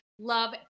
love